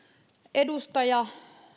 edustaja